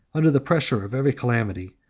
under the pressure of every calamity,